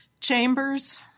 Chambers